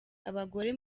abagore